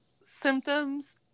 symptoms